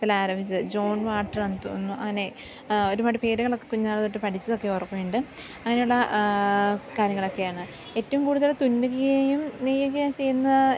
ആരംഭിച്ചത് ജോൺ വാള്ട്ടറാണെന്ന് തോന്നുന്നു അങ്ങനെ ഒരുപാട് പേരുകളൊക്കെ കുഞ്ഞുന്നാള് തൊട്ട് പഠിച്ചതൊക്കെ ഓർമ്മയുണ്ട് അങ്ങനെയുള്ള കാര്യങ്ങളൊക്കെയാണ് എറ്റവും കൂടുതല് തുന്നുകയും നെയ്യുകയും ചെയ്യുന്ന